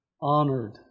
honored